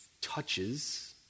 touches